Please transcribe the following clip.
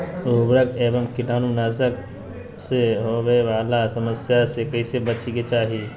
उर्वरक एवं कीटाणु नाशक से होवे वाला समस्या से कैसै बची के चाहि?